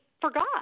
forgot